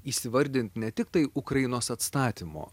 įsivardint ne tiktai ukrainos atstatymo